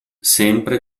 sempre